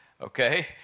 okay